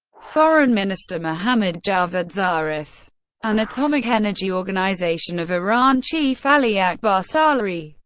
foreign minister mohammad javad zarif and atomic energy organization of iran chief ali akbar salehi,